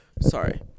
sorry